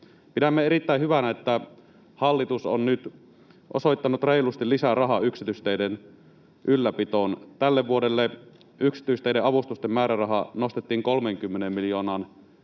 Pidämme erittäin hyvänä sitä, että hallitus on nyt osoittanut reilusti lisää rahaa yksityisteiden ylläpitoon. Tälle vuodelle yksityisteiden avustusten määräraha nostettiin 30 miljoonaan